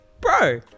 bro